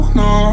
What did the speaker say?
no